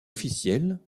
officiels